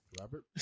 Robert